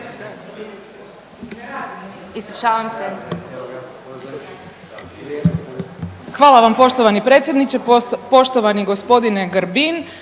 Hvala vam poštovani predsjedniče, poštovani g. Grbin.